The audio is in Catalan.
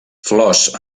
flors